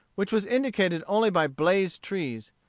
which was indicated only by blazed trees,